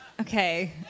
Okay